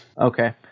Okay